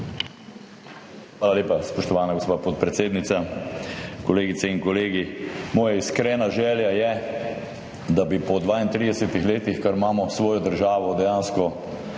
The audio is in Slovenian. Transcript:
Hvala lepa, spoštovana gospa podpredsednica. Kolegice in kolegi! Moja iskrena želja je, da bi po 32 letih, odkar imamo svojo državo, dejansko